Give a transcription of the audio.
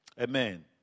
Amen